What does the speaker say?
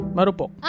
Marupok